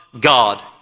God